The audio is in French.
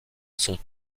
son